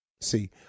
See